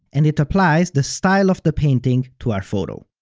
and it applies the style of the painting to our photo.